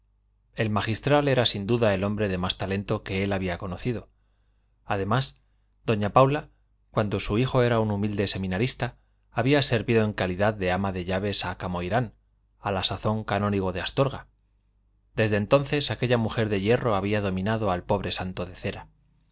el magistral era sin duda el hombre de más talento que él había conocido además doña paula cuando su hijo era un humilde seminarista había servido en calidad de ama de llaves a camoirán a la sazón canónigo de astorga desde entonces aquella mujer de hierro había dominado al pobre santo de cera